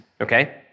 okay